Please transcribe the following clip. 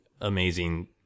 amazing